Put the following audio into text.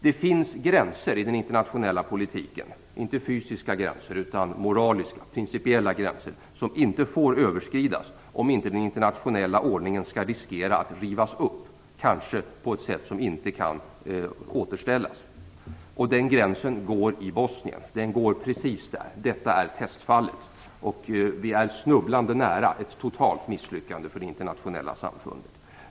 Det finns gränser i den internationella politiken - inte fysiska utan moraliska, principiella gränser - som inte får överskridas om inte den internationella ordningen skall riskera att rivas upp, kanske på ett sätt som gör att den inte kan återställas. Den gränsen går i Bosnien. Den går precis där. Detta är testfallet. Vi är snubblande nära ett totalt misslyckande för det internationella samfundet.